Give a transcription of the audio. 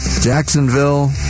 Jacksonville